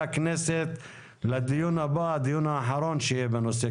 הכנסת לדיון הבא שיהיה האחרון בנושא,